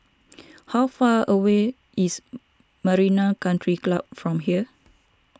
how far away is Marina Country Club from here